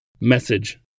Message